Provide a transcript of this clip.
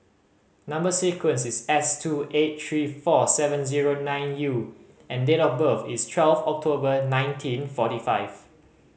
number sequence is S two eight three four seven zero nine U and date of birth is twelve October nineteen forty five